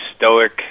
stoic